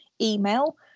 email